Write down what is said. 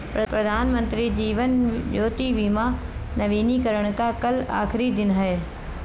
प्रधानमंत्री जीवन ज्योति बीमा नवीनीकरण का कल आखिरी दिन है